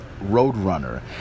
Roadrunner